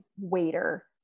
waiter